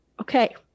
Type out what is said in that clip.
okay